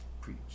preach